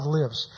lives